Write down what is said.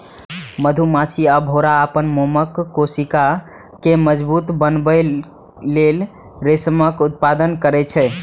मधुमाछी आ भौंरा अपन मोमक कोशिका कें मजबूत बनबै लेल रेशमक उत्पादन करै छै